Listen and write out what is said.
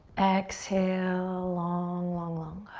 exhale long, long, long.